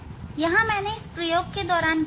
यहां मैंने इस प्रयोग के दौरान क्या सीखा